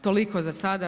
Toliko za sada.